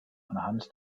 anhand